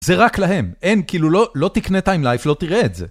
זה רק להם, אין, כאילו לא, לא תקנה טיימלייף, לא תראה את זה.